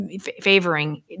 favoring